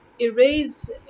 erase